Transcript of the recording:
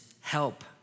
help